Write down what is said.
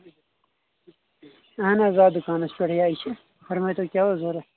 اہن حظ آ دُکانس پٮ۪ٹھٕے یے چھِ فرمٲے تو کیاہ اوس ضروٗرت